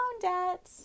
debt